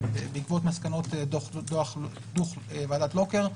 בעקבות מסקנות דוח ועדת לוקר.